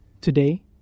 Today